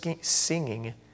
singing